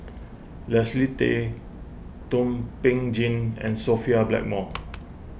Leslie Tay Thum Ping Tjin and Sophia Blackmore